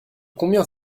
combien